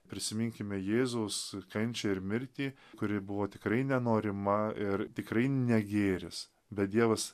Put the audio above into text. prisiminkime jėzaus kančią ir mirtį kuri buvo tikrai nenorima ir tikrai ne gėris bet dievas